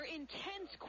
intense